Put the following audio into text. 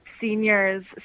seniors